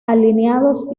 alineados